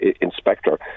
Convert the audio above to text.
inspector